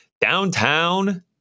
Downtown